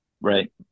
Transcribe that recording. right